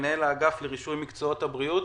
מנהל האגף לרישוי מקצועות הבריאות.